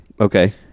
Okay